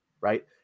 Right